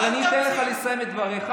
אבל אני אתן לך לסיים את דבריך,